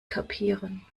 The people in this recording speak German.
kapieren